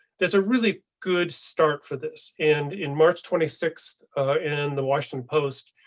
there's a really good start for this, and in march twenty sixth in the washington post,